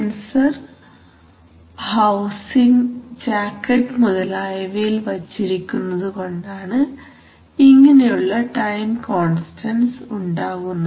sensor housing jacket മുതലായവയിൽ വച്ചിരിക്കുന്നതു കൊണ്ടാണ് ഇങ്ങനെയുള്ള ടൈം കോൺസ്റ്റൻസ് ഉണ്ടാവുന്നത്